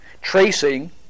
tracing